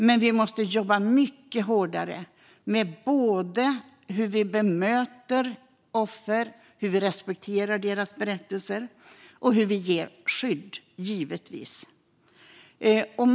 Men vi måste jobba mycket hårdare både med hur vi bemöter offer och respekterar deras berättelser och givetvis med hur vi ger skydd.